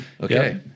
Okay